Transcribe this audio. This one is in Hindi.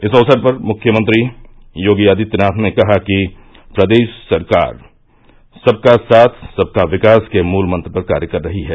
इस अवसर पर मुख्यमंत्री योगी आदित्यनाथ ने कहा कि प्रदेश सरकार सबका साथ सबका विकास के मूल मंत्र पर कार्य कर रही है